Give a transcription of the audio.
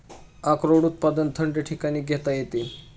अक्रोड उत्पादन थंड ठिकाणी घेता येते